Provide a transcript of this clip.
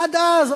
עד אז?